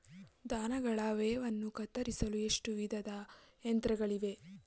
ದನಗಳ ಮೇವನ್ನು ಕತ್ತರಿಸಲು ಎಷ್ಟು ವಿಧದ ಯಂತ್ರಗಳಿವೆ?